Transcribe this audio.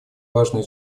важную